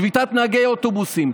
שביתת נהגי אוטובוסים,